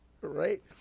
Right